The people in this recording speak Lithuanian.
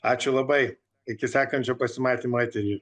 ačiū labai iki sekančio pasimatymo etery